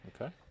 Okay